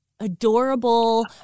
adorable